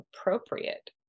appropriate